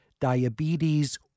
diabetes